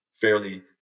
fairly